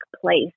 place